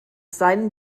seinen